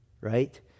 right